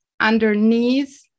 underneath